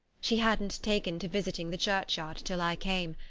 she hadn't taken to visiting the churchyard till i came,